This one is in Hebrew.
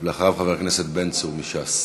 אחריה, חבר הכנסת בן צור מש"ס.